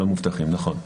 נכון.